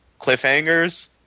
cliffhangers